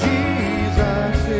Jesus